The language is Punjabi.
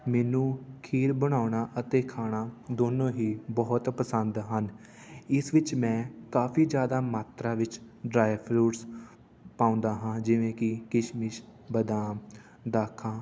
ਮੈਨੂੰ ਖੀਰ ਬਣਾਉਣਾ ਅਤੇ ਖਾਣਾ ਦੋਨੋਂ ਹੀ ਬਹੁਤ ਪਸੰਦ ਹਨ ਇਸ ਵਿੱਚ ਮੈਂ ਕਾਫੀ ਜ਼ਿਆਦਾ ਮਾਤਰਾ ਵਿੱਚ ਡਰਾਈ ਫਰੂਟਸ ਪਾਉਂਦਾ ਹਾਂ ਜਿਵੇਂ ਕਿ ਕਿਸਮਿਸ਼ ਬਦਾਮ ਦਾਖਾਂ